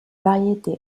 variété